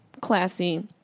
classy